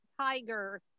tiger